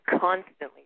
constantly